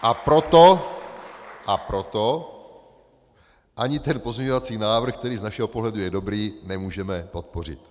A proto a proto ani ten pozměňovací návrh, který z našeho pohledu je dobrý, nemůžeme podpořit.